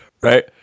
Right